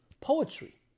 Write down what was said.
poetry